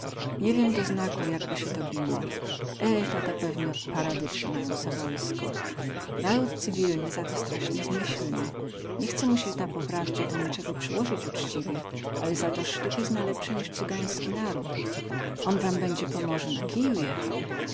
nie wiem do znaku jakby sie to biło e tak ta pewnie od parady trzymają se wojsko naród cywilny za to straśnie zmyślny nie chce mu sieta po prawdzie do nicego przyłozyć ućciwie ale za to stuki zna lepse niz cygański naród on wam bedzie po morzu na kiju jechał